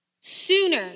sooner